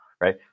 right